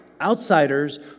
Outsiders